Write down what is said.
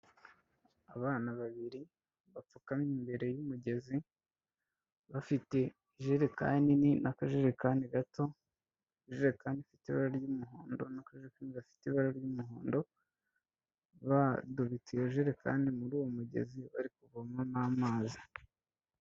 Abana babiri bapfukamye imbere y'umugezi, bafite ijerekani nini n'akajerekani gato, ijerekani ifite ibara ry'umuhondo n'akajerekani gafite ibara ry'umuhondo, badubitse iyo jerekani muri uwo mugezi, bari kuvomamo amazi.